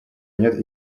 нет